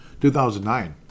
2009